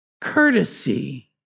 Courtesy